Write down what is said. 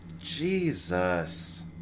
jesus